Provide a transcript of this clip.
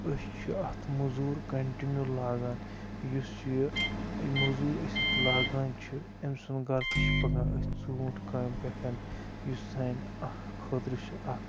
أسۍ چھِ اَتھ مٔزوٗر کَنٹِنیوٗ لاگان یُس یہِ یہِ مٔزوٗرۍ أسۍ اَتھ لاگان چھِ أمۍ سُنٛد گَر تہِ چھُ پَکان أتھۍ ژوٗنٛٹھ کامہِ پٮ۪ٹھ یُس سانہِ اَکھ خٲطرٕ چھِ اَکھ